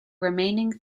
remaining